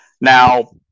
Now